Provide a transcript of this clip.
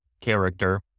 character